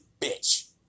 bitch